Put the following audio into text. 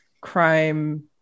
crime